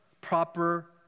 Proper